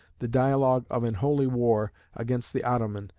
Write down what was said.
the dialogue of an holy war against the ottoman,